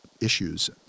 issues